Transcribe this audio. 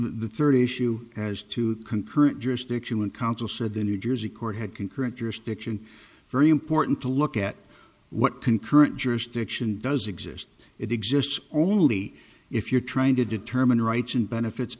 the third issue as to concurrent jurisdiction when counsel said the new jersey court had concurrent jurisdiction very important to look at what concurrent jurisdiction does exist it exists only if you're trying to determine rights and benefits